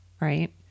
Right